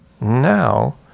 now